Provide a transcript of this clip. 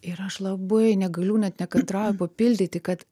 ir aš labai negaliu net nekantrauju papildyti kad